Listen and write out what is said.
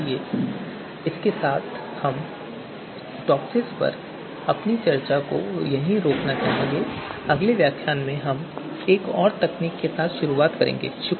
इसलिए इसके साथ हम टॉपसिस पर अपनी चर्चा को रोकना चाहेंगे और अगले व्याख्यान में हम एक और तकनीक के साथ शुरुआत करेंगे